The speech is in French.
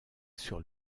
sur